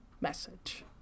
message